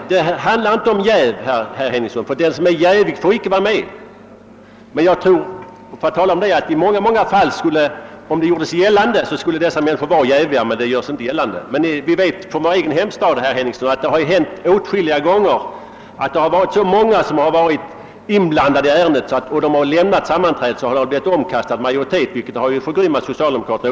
Men det handlar inte om jäv, herr Henningsson, ty den som är jävig får inte delta i ett nämndssammanträde av aktuellt slag. Jag tror dock att många människor skulle bedömas som jäviga, om det gjordes gällan de att så är fallet. Så brukar man emellertid inte handla. Vi vet emellertid från vår egen hemstad, herr Henningsson, att det vid åtskilliga tillfällen hänt att så många ledamöter i en nämnd varit inblandade i ett ärende att majoriteten blivit omkastad när de trätt tillbaka, något som åtskilligt förgrymmat socialdemokraterna.